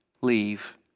leave